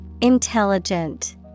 Intelligent